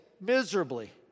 miserably